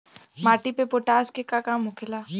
माटी में पोटाश के का काम होखेला?